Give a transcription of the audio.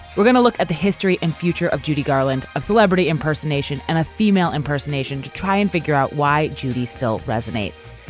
we're going to look at the history and future of judy garland, of celebrity impersonation and a female impersonation to try and figure out why judy still resonates.